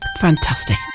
Fantastic